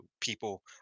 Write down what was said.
people